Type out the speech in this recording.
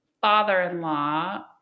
father-in-law